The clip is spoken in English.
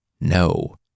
No